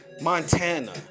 Montana